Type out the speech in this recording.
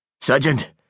Sergeant